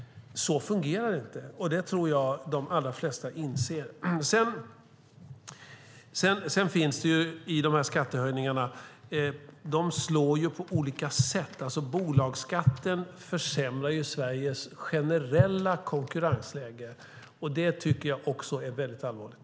Så fungerar det inte, och det tror jag att de allra flesta inser. De här skattehöjningarna slår på olika sätt. Bolagsskatten försämrar Sveriges generella konkurrensläge, och det tycker jag är allvarligt.